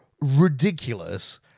Ridiculous